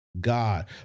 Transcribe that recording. God